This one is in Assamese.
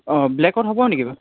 অঁ ব্লেকত হ'ব নেকি বাৰু